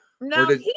no